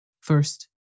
First